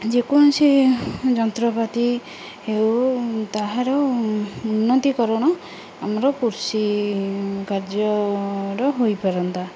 ଯେକୌଣସି ଯନ୍ତ୍ରପାତି ହେଉ ତାହାର ଉନ୍ନତିକରଣ ଆମର କୃଷି କାର୍ଯ୍ୟର ହୋଇପାରନ୍ତା